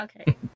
Okay